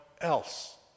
else